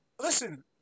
Listen